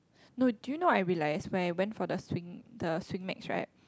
no do you know I realise when I went for the swing the swing max right